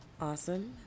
Awesome